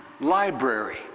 library